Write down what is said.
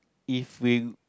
if we